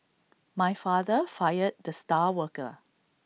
my father fired the star worker